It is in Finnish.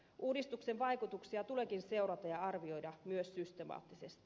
uudistuksen vaikutuksia tuleekin seurata ja arvioida myös systemaattisesti